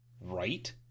Right